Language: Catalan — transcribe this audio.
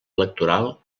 electoral